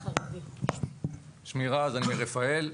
שמי רז אני מרפאל.